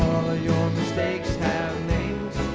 your mistakes have names